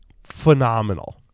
phenomenal